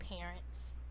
parents